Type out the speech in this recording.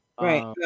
Right